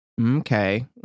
Okay